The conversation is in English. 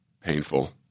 painful